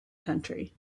country